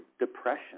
depression